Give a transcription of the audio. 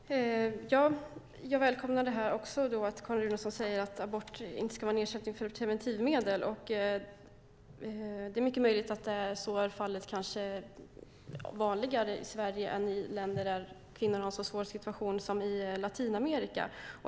Fru talman! Jag välkomnar att Carin Runeson säger att abort inte ska vara en ersättning för preventivmedel. Det är mycket möjligt att det är vanligare i Sverige än i länder där kvinnor har en så svår situation som de har i Latinamerika.